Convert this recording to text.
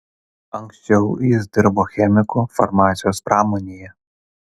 anksčiau jis dirbo chemiku farmacijos pramonėje